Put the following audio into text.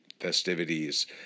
festivities